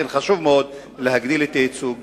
לכן חשוב מאוד להגדיל את הייצוג,